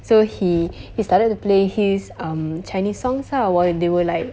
so he he started to play his um chinese songs lah while they were like